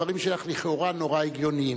הדברים שלך לכאורה מאוד הגיוניים,